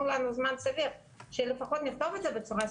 לנו זמן סביר שלפחות נכתוב את זה בצורה סבירה.